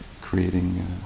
creating